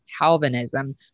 Calvinism